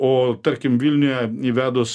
o tarkim vilniuje įvedus